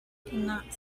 cannot